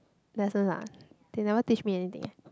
lessons ah they never teach me anything eh